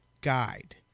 guide